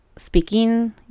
speaking